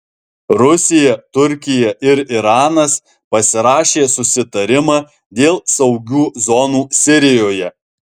rusija turkija ir iranas pasirašė susitarimą dėl saugių zonų sirijoje